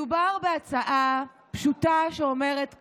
מדובר בהצעה פשוטה שאומרת כך: